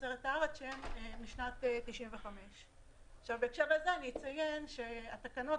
תוצרת הארץ) שהן משנת 95'. בהקשר לזה אציין שהתקנות,